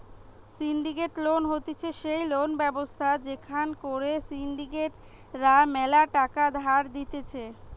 syndicated loan হতিছে সেই loan ব্যবস্থা যেখান করে সিন্ডিকেট রা ম্যালা টাকা ধার দিতেছে